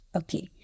okay